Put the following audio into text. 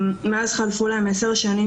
המרכז לגביית קנסות,